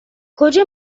کجا